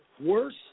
worse